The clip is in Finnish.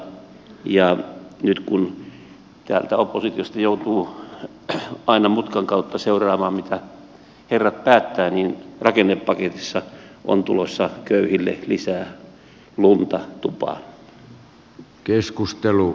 nyt kun täältä oppositiosta joutuu aina mutkan kautta seuraamaan mitä herrat päättävät niin rakennepaketissa on tulossa köyhille lisää lunta tupaan